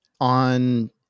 On